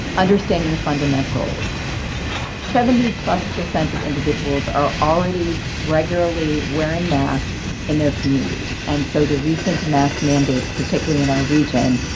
understanding the fundamentals seventy plus percent of individuals are already regularly wearing masks in their communities. and so the recent mass mandates, particularly in our region,